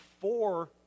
four